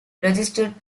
registered